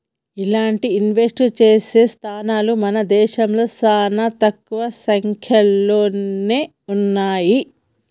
ఇలాంటి ఇన్వెస్ట్ చేసే సంస్తలు మన దేశంలో చానా తక్కువ సంక్యలోనే ఉన్నయ్యి